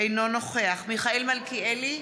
אינו נוכח מיכאל מלכיאלי,